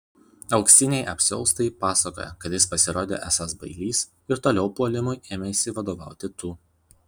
auksiniai apsiaustai pasakoja kad jis pasirodė esąs bailys ir toliau puolimui ėmeisi vadovauti tu